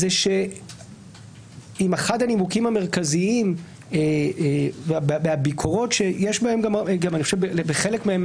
שאם הנימוקים המרכזיים והביקורות שיש בחלק מהם